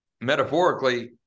metaphorically